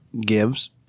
gives